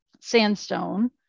sandstone